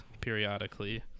periodically